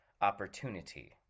opportunity